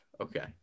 okay